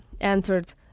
entered